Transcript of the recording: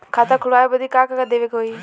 खाता खोलावे बदी का का देवे के होइ?